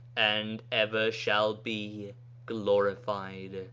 and ever shall be glorified,